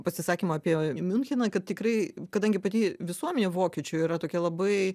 pasisakymo apie miuncheną kad tikrai kadangi pati visuomenė vokiečių yra tokia labai